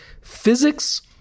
physics